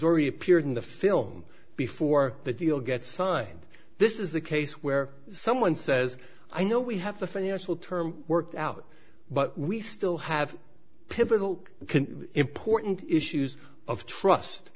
we're appeared in the film before the deal gets signed this is the case where someone says i know we have a financial term worked out but we still have pivotal important issues of trust